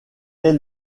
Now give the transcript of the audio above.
est